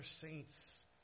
saints